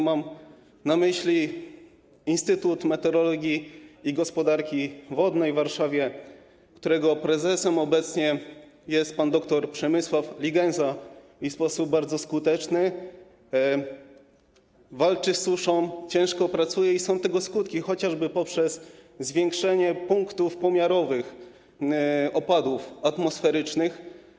Mam na myśli Instytut Meteorologii i Gospodarki Wodnej w Warszawie, którego prezesem jest obecnie pan dr Przemysław Ligenza, który w sposób bardzo skuteczny walczy z suszą, ciężko pracuje, co przynosi skutki chociażby w postaci zwiększenia liczby punktów pomiarowych opadów atmosferycznych.